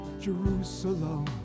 Jerusalem